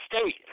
state